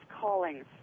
Callings